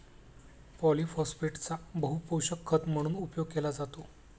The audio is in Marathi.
पॉलिफोस्फेटचा बहुपोषक खत म्हणून उपयोग केला जातो